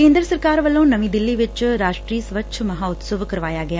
ਕੇਂਦਰ ਸਰਕਾਰ ਵੱਲੋਂ ਨਵੀਂ ਦਿੱਲੀ ਵਿੱਚ ਰਾਸ਼ਟਰੀ ਸਵੱਛ ਮਹਾਉਤਸਵ ਕਰਵਾਇਆ ਗਿਆ